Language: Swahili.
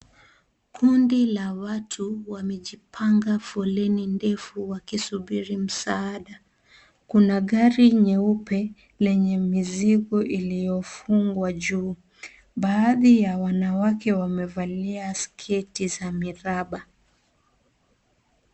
Kundi la watu wamejipanga foleni ndefu wakisubiri msaada . Kuna gari nyeupe lenye mizigo iliyofungwa juu, baadhi ya wanawake wamevalia sketi za miraba.